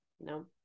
no